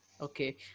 Okay